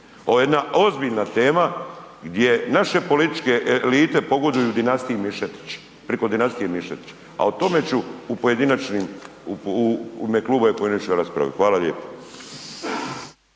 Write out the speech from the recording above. Ovo je jedna ozbiljna tema gdje naše političke elite pogoduju dinastiji Mišetić, priko dinastije Mišetić, a o tome ću u pojedinačnim, u ime kluba i u pojedinačnoj raspravi. Hvala lijepo.